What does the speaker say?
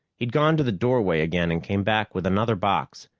he'd gone to the doorway again and came back with another box,